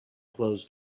closed